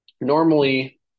Normally